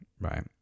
right